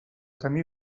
camí